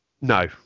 no